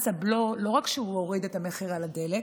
לא רק שמס הבלו הוריד את המחיר על הדלק,